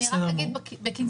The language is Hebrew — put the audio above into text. רק אגיד בקיצור.